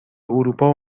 اروپا